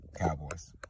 Cowboys